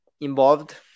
involved